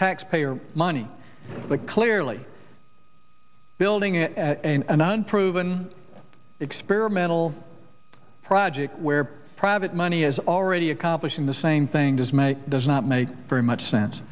taxpayer money like clearly building it in an unproven experimental project where private money is already accomplishing the same thing does make does not make very much sense